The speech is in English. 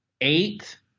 eight